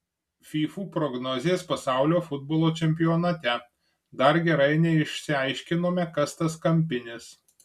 fyfų prognozės pasaulio futbolo čempionate dar gerai neišsiaiškinome kas tas kampinis